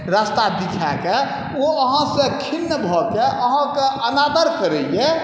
रास्ता दिखाके ओ अहाँसँ खिन्न भऽ के अहाँके अनादर करैए